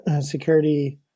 security